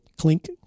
clink